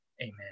amen